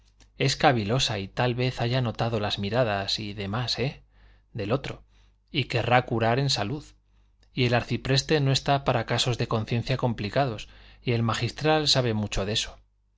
de huesca es cavilosa y tal vez haya notado las miradas y demás eh del otro y querrá curar en salud y el arcipreste no está para casos de conciencia complicados y el magistral sabe mucho de eso